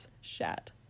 Shat